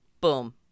Boom